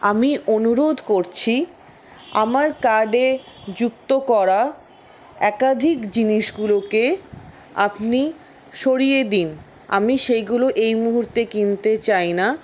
আমি অনুরোধ করছি আমার কার্ডে যুক্ত করা একাধিক জিনিসগুলোকে আপনি সরিয়ে দিন আমি সেইগুলো এই মুহুর্তে কিনতে চাই না